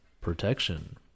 protection